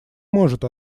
может